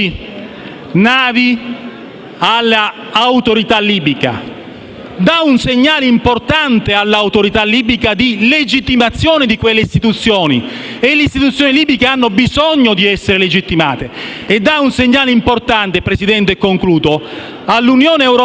navi all'autorità libica, dà un segnale importante all'autorità libica di legittimazione di quelle istituzioni, e le istituzioni libiche hanno bisogno di essere legittimate; e dà il segnale importante all'Unione europea